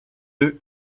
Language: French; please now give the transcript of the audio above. œufs